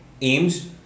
aims